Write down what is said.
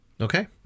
okay